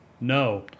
No